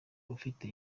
ufite